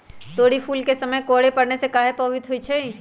तोरी फुल के समय कोहर पड़ने से काहे पभवित होई छई?